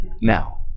Now